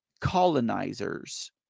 colonizers